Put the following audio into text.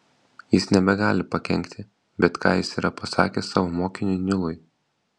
jis nebegali pakenkti bet ką jis yra pasakęs savo mokiniui nilui